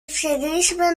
wsiedliśmy